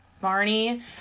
Barney